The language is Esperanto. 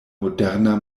moderna